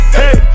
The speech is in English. hey